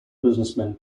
businessmen